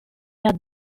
faire